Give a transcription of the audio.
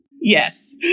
Yes